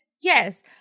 Yes